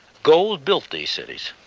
gold built these cities,